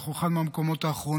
אנחנו באחד מהמקומות האחרונים.